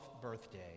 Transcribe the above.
birthday